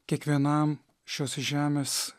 kiekvienam šios žemės